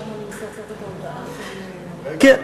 מה,